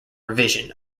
revision